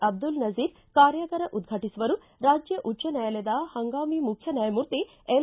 ಅಬ್ದುಲ್ ನಜೀರ್ ಕಾರ್ಯಾಗಾರ ಉದ್ರಾಟಿಸುವರು ರಾಜ್ಯ ಉಚ್ಡ ನಾಯಾಲಯದ ಹಂಗಾಮಿ ಮುಖ್ಯ ನ್ಯಾಯಮೂರ್ತಿ ಎಲ್